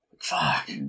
Fuck